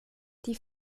die